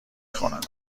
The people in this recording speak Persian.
خورم